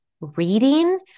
reading